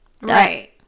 Right